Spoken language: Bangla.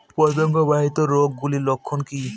পতঙ্গ বাহিত রোগ গুলির লক্ষণ কি কি?